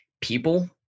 people